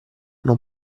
non